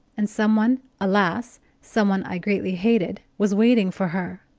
and some one, alas! some one i greatly hated was waiting for her.